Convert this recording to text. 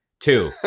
two